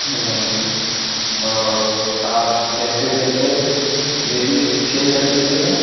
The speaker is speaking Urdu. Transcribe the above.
ہوں اور آپ کہتے کہتے یہ بھی چھ کر دیجیے گا